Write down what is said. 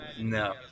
No